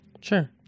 Sure